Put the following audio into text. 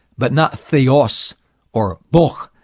but not theos or bog.